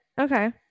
Okay